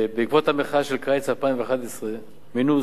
בעקבות המחאה של קיץ 2011 מינו שר